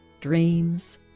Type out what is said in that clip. dreams